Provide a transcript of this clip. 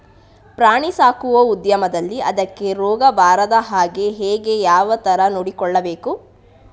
ಪ್ರಾಣಿ ಸಾಕುವ ಉದ್ಯಮದಲ್ಲಿ ಅದಕ್ಕೆ ರೋಗ ಬಾರದ ಹಾಗೆ ಹೇಗೆ ಯಾವ ತರ ನೋಡಿಕೊಳ್ಳಬೇಕು?